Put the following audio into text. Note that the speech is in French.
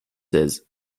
seize